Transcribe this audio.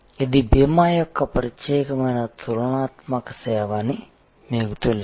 ఇది భీమా యొక్క ప్రత్యేకమైన తులనాత్మక సేవ అని మీకు తెలుసు